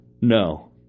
No